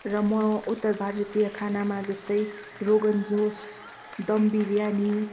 र म उत्तर भारतीय खानामा जस्तै रोगन जुस दम बिर्यानी